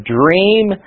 dream